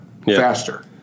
faster